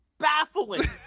baffling